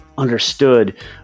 understood